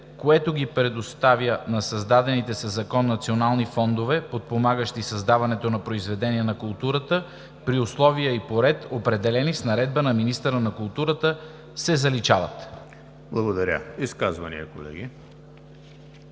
„което ги предоставя на създадени със закон национални фондове, подпомагащи създаването на произведения на културата, при условия и по ред, определени с наредба на министъра на културата“ се заличават.“ ПРЕДСЕДАТЕЛ ЕМИЛ ХРИСТОВ: Изказвания, колеги?